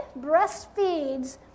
breastfeeds